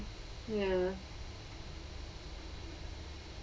ya